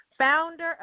founder